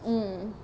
mm